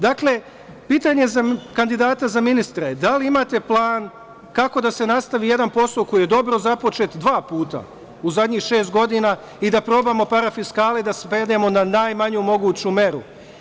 Dakle, pitanje za kandidata za ministra je – da li imate plan kako da se nastavi jedan posao koji je dobro započet dva puta u zadnjih šest godina i da probamo parafiskale da svedemo na najmanju moguću meru?